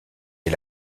est